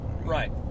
Right